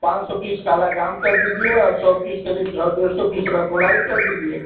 पाँच सौ पीस काला जाम कर दीजिए और सौ पीस करीब सौ डेढ़ सौ पीस रसमलाई कर दीजिए